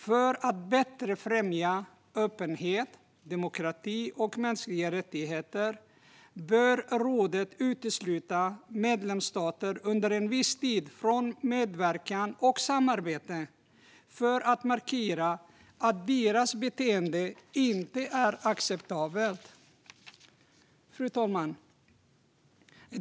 För att bättre främja öppenhet, demokrati och mänskliga rättigheter bör rådet utesluta medlemsstater från medverkan och samarbete under en viss tid, för att markera att deras beteende inte är acceptabelt. Fru talman!